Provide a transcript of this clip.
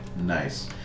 Nice